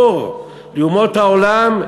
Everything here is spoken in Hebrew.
אור, "לאומות העולם,